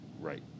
Right